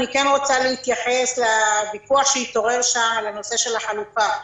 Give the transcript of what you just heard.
אני כן רוצה להתייחס לוויכוח שהתעורר על הנושא של החלוקה.